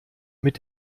mit